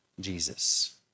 Jesus